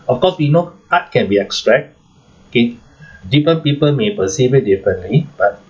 of course we know art can be abstract okay different people may perceive it differently but